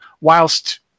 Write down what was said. whilst